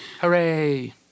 Hooray